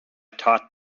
taught